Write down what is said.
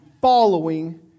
following